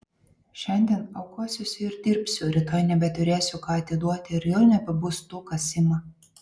šiandien aukosiuosi ir dirbsiu rytoj nebeturėsiu ką atiduoti ir jau nebebus tų kas ima